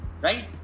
Right